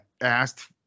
asked